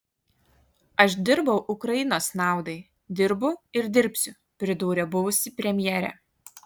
aš dirbau ukrainos naudai dirbu ir dirbsiu pridūrė buvusi premjerė